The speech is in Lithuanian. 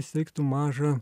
įsteigtų mažą